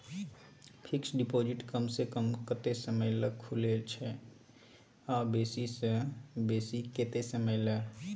Fixed deposit कम स कम कत्ते समय ल खुले छै आ बेसी स बेसी केत्ते समय ल?